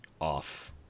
off